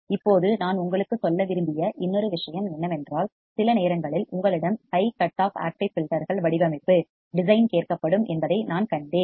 இப்போது நான் உங்களுக்குச் சொல்ல விரும்பிய இன்னொரு விஷயம் என்னவென்றால் சில நேரங்களில் உங்களிடம் ஹை கட் ஆஃப் ஆக்டிவ் ஃபில்டர்கள் வடிவமைப்பு டிசைன் கேட்கப்படும் என்பதை நான் கண்டேன்